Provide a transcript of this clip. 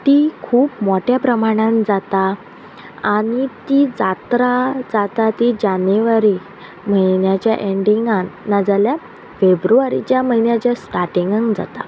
ती खूब मोट्या प्रमाणान जाता आनी ती जात्रा जाता ती जानेवारी म्हयन्याच्या एंडिंगान नाजाल्यार फेब्रुवारीच्या म्हयन्याच्या स्टार्टिंगाक जाता